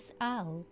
out